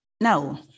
No